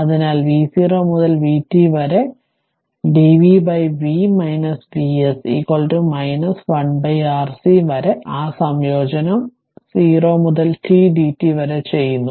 അതിനാൽ v0 മുതൽ vt വരെ dv v Vs 1 Rc വരെ ആ സംയോജനം 0 മുതൽ t dt വരെ ചെയ്യുന്നു